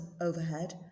overhead